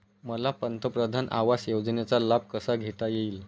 मला पंतप्रधान आवास योजनेचा लाभ कसा घेता येईल?